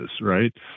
right